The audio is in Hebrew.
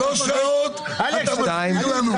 הם עשו רק צעד אחד או שזה היה חלק מתוכנית שלמה?